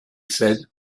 said